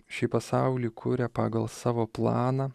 šį pasaulį kuria pagal savo planą